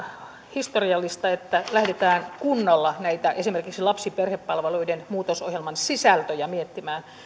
historiallista että lähdetään kunnolla esimerkiksi näitä lapsiperhepalveluiden muutosohjelman sisältöjä miettimään